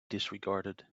disregarded